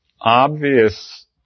obvious